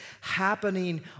happening